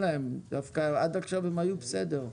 תן להם, דווקא עד עכשיו הם היו בסדר.